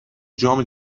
جام